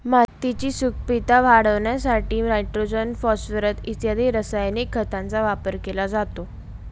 मातीची सुपीकता वाढवण्यासाठी नायट्रोजन, फॉस्फोरस इत्यादी रासायनिक खतांचा वापर केला जातो